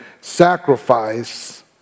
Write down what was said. sacrifice